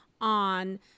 on